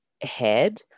head